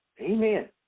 Amen